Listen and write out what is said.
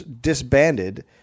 disbanded